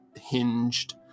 hinged